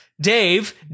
Dave